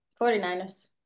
49ers